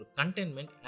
contentment